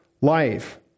life